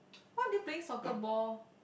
why they're playing soccer ball